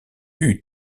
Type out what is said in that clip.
eut